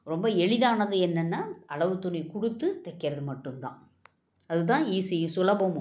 ரொம்ப எளிதானது என்னென்னால் அளவுத் துணி கொடுத்து தைக்கிறது மட்டும் தான் அது தான் ஈஸியும் சுலபமும்